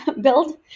build